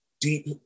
deep